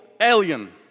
alien